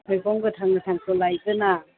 मैगं गोथां गोथांखौ लायगोन आं